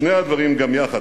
שני הדברים גם יחד,